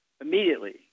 immediately